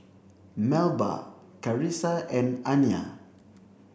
Melba Charissa and Anya